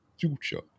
future